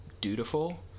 dutiful